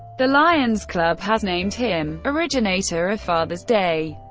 the lions club has named him originator of father's day.